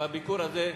בביקור הזה,